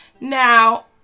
Now